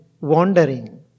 wandering